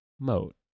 moat